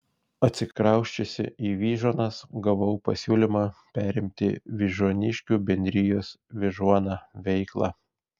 atsikrausčiusi į vyžuonas gavau pasiūlymą perimti vyžuoniškių bendrijos vyžuona veiklą